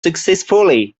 successfully